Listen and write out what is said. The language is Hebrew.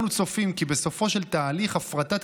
אנחנו צופים כי בסופו של תהליך הפרטת